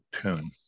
tune